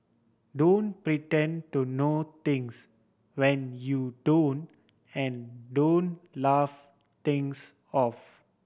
don't pretend to know things when you don't and don't laugh things off